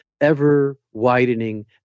ever-widening